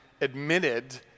admitted